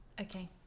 Okay